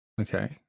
Okay